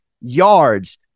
yards